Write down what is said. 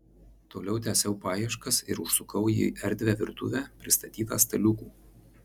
toliau tęsiau paieškas ir užsukau į erdvią virtuvę pristatytą staliukų